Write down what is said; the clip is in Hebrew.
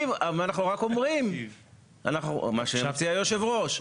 מה שמציע היושב-ראש,